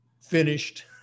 finished